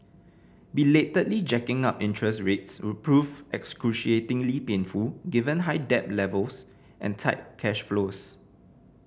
belatedly jacking up interest rates would prove excruciatingly painful given high debt levels and tight cash flows